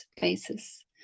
basis